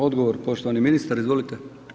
Odgovor poštovani ministar, izvolite.